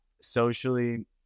socially